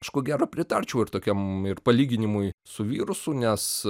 aš ko gero pritarčiau ir tokiam ir palyginimui su virusu nes